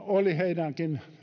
oli heidänkin